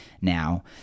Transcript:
now